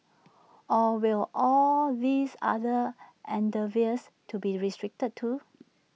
or will all these other endeavours to be restricted too